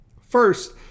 First